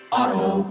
Auto